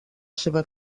seva